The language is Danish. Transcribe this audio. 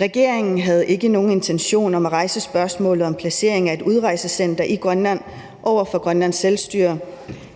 Regeringen havde ikke nogen intentioner om at rejse spørgsmålet om placering af et udrejsecenter i Grønland over for Grønlands Selvstyre